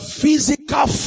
physical